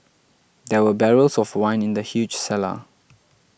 there were barrels of wine in the huge cellar